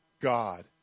God